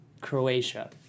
Croatia